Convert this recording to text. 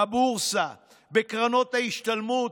בבורסה, בקרנות ההשתלמות,